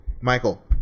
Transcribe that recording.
Michael